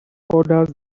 others